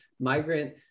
migrant